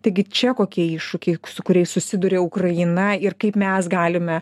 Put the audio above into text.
taigi čia kokie iššūkiai su kuriais susiduria ukraina ir kaip mes galime